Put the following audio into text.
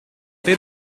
per